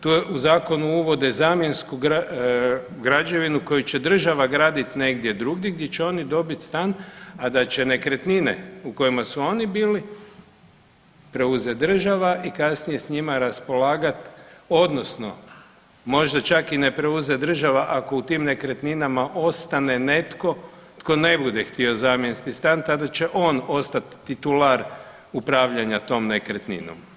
To je, u Zakonu uvode zamjensku građevinu koju će država graditi negdje drugdje di će oni dobiti stan, a da će nekretnine u kojima su oni bili preuzeti država i kasnije s njima raspolagati odnosno, možda čak i ne preuzet država, ako u tim nekretninama ostane netko tko ne bude htio zamjenski stan, tada će on ostati titular upravljanja tom nekretninom.